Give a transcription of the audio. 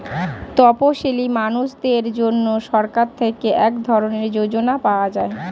তপসীলি মানুষদের জন্য সরকার থেকে এক ধরনের যোজনা পাওয়া যায়